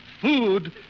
food